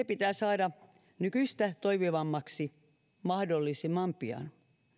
pitää saada nykyistä toimivammaksi mahdollisimman pian